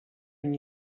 une